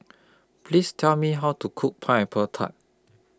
Please Tell Me How to Cook Pineapple Tart